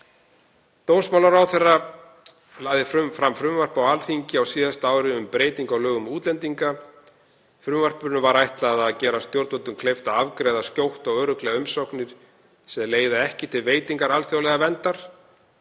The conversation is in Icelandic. Dómsmálaráðherra lagði fram frumvarp á Alþingi á síðasta ári um breytingu á lögum um útlendinga. Frumvarpinu var ætlað að gera stjórnvöldum kleift að afgreiða skjótt og örugglega umsóknir sem leiða ekki til veitingar alþjóðlegrar verndar.